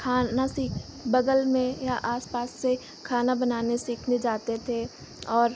खाना सीख बगल में या आस पास से खाना बनाने सीखने जाते थे और